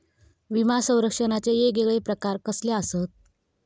विमा सौरक्षणाचे येगयेगळे प्रकार कसले आसत?